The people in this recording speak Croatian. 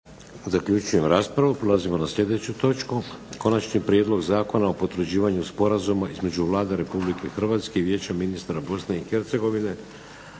Zaključujem raspravu. **Bebić, Luka (HDZ)** Prelazimo na Konačni prijedlog Zakona o potvrđivanju sporazuma između Vlade Republike Hrvatske i Vijeća ministara Bosne i Hercegovine